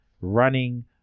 running